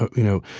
you know,